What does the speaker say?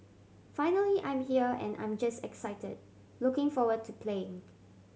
finally I'm here and I'm just excited looking forward to playing